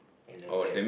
in a Grab